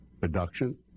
production